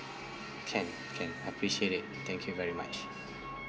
can can I appreciate it thank you very much